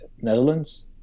Netherlands